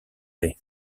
laye